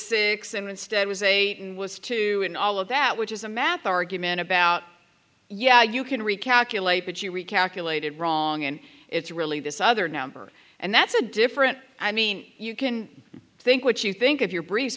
six and instead was a was two in all of that which is a math argument about yeah you can recalculate but you recalculated wrong and it's really this other number and that's a different i mean you can think what you think of your br